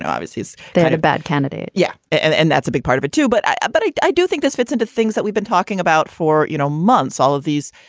and obviously. is that a bad candidate? yeah. and and that's a big part of it, too. but but i i do think this fits into things that we've been talking about for you know months. all of these,